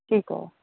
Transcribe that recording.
ਠੀਕ ਹੈ